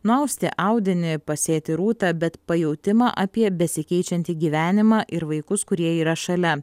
nuausti audinį pasėti rūtą bet pajautimą apie besikeičiantį gyvenimą ir vaikus kurie yra šalia